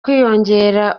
kwiyongera